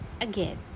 again